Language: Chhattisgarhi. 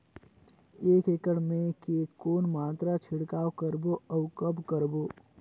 एक एकड़ मे के कौन मात्रा छिड़काव करबो अउ कब करबो?